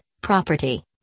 property